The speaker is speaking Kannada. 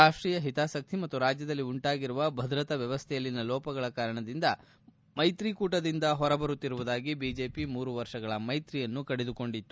ರಾಷ್ಟೀಯ ಹಿತಾಸಕ್ತಿ ಮತ್ತು ರಾಜ್ಯದಲ್ಲಿ ಉಂಟಾಗಿರುವ ಭದ್ರತಾ ವ್ಯವಸ್ಥೆಯಲ್ಲಿನ ಲೋಪಗಳ ಕಾರಣದಿಂದ ಮೈತ್ರಿಕೂಟದಿಂದ ಹೊರಬರುತ್ತಿರುವುದಾಗಿ ಬಿಜೆಪಿ ಮೂರು ವರ್ಷಗಳ ಮೈತ್ರಿಯನ್ನು ಕಡಿದುಕೊಂಡಿತ್ತು